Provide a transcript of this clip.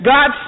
God